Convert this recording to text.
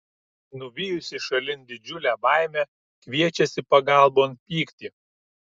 nuvijusi šalin didžiulę baimę kviečiasi pagalbon pyktį